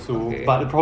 okay